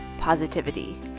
positivity